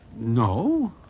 no